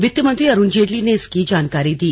वित्त मंत्री अरुण जेटली ने इसकी जानकारी दी